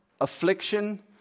affliction